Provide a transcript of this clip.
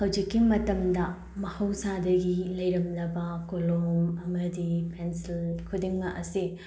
ꯍꯧꯖꯤꯛꯀꯤ ꯃꯇꯝꯗ ꯃꯍꯧꯁꯥꯗꯒꯤ ꯂꯩꯔꯝꯂꯕ ꯀꯣꯂꯣꯝ ꯑꯃꯗꯤ ꯄꯦꯟꯁꯤꯜ ꯈꯨꯗꯤꯡꯃꯛ ꯑꯁꯤ